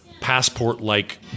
passport-like